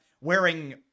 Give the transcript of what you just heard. wearing